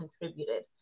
contributed